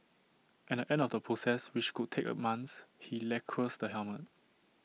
at the end of the process which could take months he lacquers the helmet